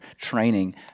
training